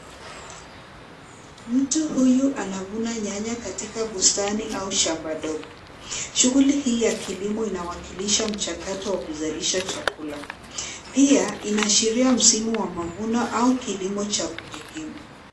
Mtu huyu anavuna nyanya katika bustani au shamba dogo. Shughuli hii ya kilimo inawakilisha mchakato wa kuzalisha chakula pia inaashiria msimu wa mavuno au kilimo cha kuvuna.